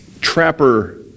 trapper